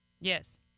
Yes